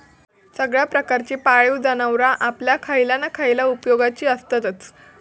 सगळ्या प्रकारची पाळीव जनावरां आपल्या खयल्या ना खयल्या उपेगाची आसततच